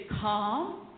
calm